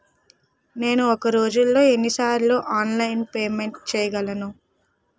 నేను ఒక రోజులో ఎన్ని సార్లు ఆన్లైన్ పేమెంట్ చేయగలను?